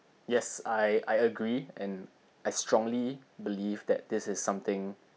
yes I I agree and I strongly believe that this is something